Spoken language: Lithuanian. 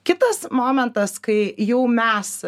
kitas momentas kai jau mes